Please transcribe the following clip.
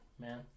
man